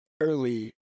early